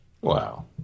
Wow